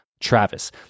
Travis